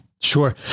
Sure